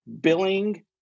billing